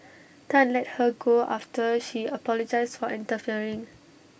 Tan let her go after she apologised for interfering